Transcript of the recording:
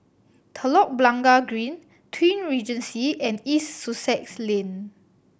Telok Blangah Green Twin Regency and East Sussex Lane